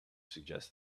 suggested